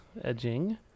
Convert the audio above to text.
edging